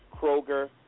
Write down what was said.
Kroger